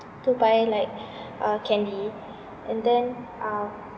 to buy like uh candy and then uh